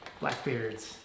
Blackbeards